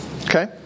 Okay